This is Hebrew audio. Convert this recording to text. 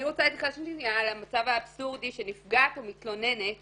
אני רוצה להתייחס למצב האבסורדי שנפגעת או מתלוננת